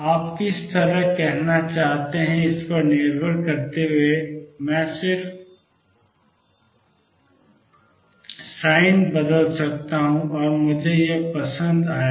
आप किस तरह से कहना चाहते हैं इस पर निर्भर करते हुए मैं सिर्फ पाप बदल सकता हूं और मुझे यह पसंद आएगा